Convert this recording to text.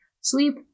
sleep